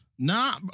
Nah